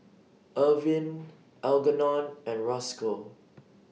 Irvin Algernon and Rosco